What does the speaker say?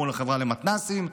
מול החברה למתנ"סים.